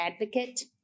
advocate